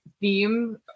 theme